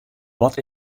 wat